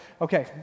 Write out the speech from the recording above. okay